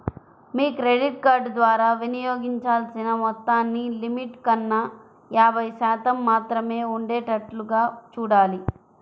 మీ credit card ద్వారా వినియోగించాల్సిన మొత్తాన్ని లిమిట్ కన్నా యాభై శాతం మాత్రమే ఉండేటట్లుగా చూడాలి